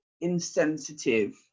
insensitive